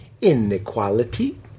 Inequality